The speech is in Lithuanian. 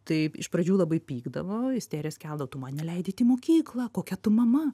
taip iš pradžių labai pykdavo isterijas keldavo tu man neleidi eit į mokyklą kokia tu mama